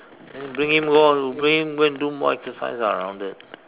bring him go bring him go and do more exercise ah around there